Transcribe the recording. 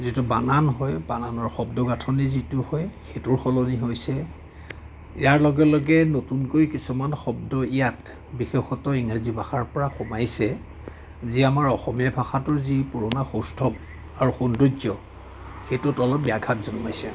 যিটো বানান হয় বানানৰ শব্দ গাথনি যিটো হয় সেইটোৰ সলনি হৈছে ইয়াৰ লগে লগে নতুনকৈ কিছুমান শব্দ ইয়াত বিশেষত ইংৰাজী শব্দ ইয়াৰপৰা সোমাইছে যি আমাৰ অসমীয়া ভাষাটোৰ যি পুৰণা সৌস্তভ আৰু সৌন্দৰ্য্য সেইটোত অলপ ব্যাঘাত জন্মে